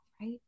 right